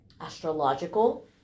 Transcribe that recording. astrological